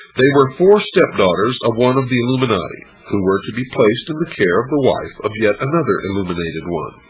they were four step-daughters of one of the illuminati, who were to be placed in the care of the wife of yet another illuminated one.